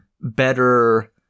better